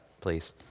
please